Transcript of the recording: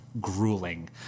grueling